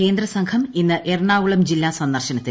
കേന്ദ്രസംഘം ഇന്ന് എറണാകുളം ജില്ലാ സന്ദർശനത്തിൽ